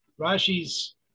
Rashi's